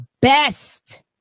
best